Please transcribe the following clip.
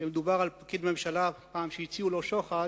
כשמדובר על פקיד ממשלה, פעם כשהציעו לו שוחד,